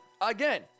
again